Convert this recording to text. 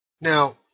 Now